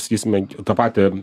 sakysme tą patį